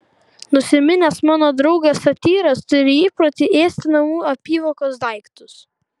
nusiminęs mano draugas satyras turi įprotį ėsti namų apyvokos daiktus